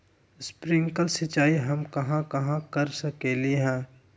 Sprinkle सिंचाई हम कहाँ कहाँ कर सकली ह?